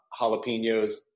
jalapenos